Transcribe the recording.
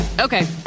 Okay